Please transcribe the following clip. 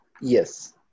yes